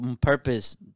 purpose